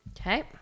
Okay